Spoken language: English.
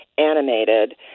animated